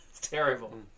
terrible